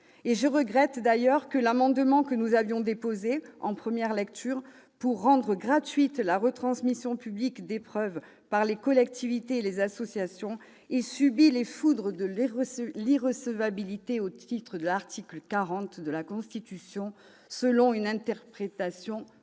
je regrette que l'amendement que nous avions déposé, en première lecture, pour rendre gratuite la retransmission publique d'épreuves par les collectivités et les associations ait subi les foudres de l'irrecevabilité au titre de l'article 40 de la Constitution, selon une interprétation maximaliste.